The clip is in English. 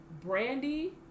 Brandy